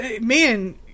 man